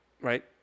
Right